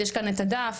יש כאן את הדף,